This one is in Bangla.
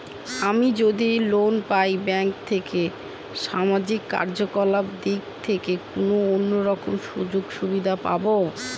আমি যদি লোন পাই ব্যাংক থেকে সামাজিক কার্যকলাপ দিক থেকে কোনো অন্য রকম সুযোগ সুবিধা পাবো?